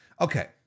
Okay